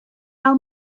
tell